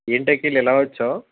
ఏంటి అఖిల్ ఇలా వచ్చావు